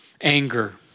anger